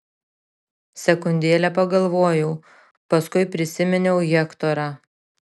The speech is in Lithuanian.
sekundėlę pagalvojau paskui prisiminiau hektorą